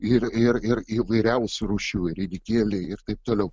ir ir ir įvairiausių rūšių ridikėliai ir taip toliau